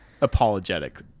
apologetic